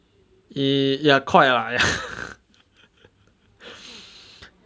ya quite ah